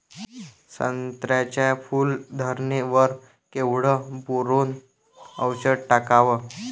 संत्र्याच्या फूल धरणे वर केवढं बोरोंन औषध टाकावं?